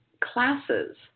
classes